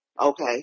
Okay